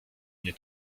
mnie